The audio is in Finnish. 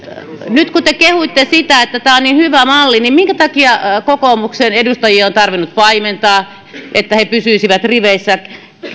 nyt kun te kehuitte sitä että tämä on niin hyvä malli niin minkä takia kokoomuksen edustajia on tarvinnut paimentaa että he pysyisivät riveissä